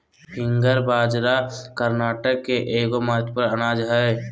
finger बाजरा कर्नाटक के एगो महत्वपूर्ण अनाज हइ